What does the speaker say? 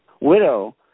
widow